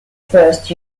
first